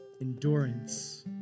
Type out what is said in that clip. Endurance